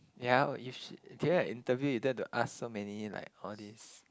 ya you during the interview you don't have to ask so many like all this